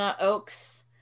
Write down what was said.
Oaks